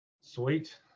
sweet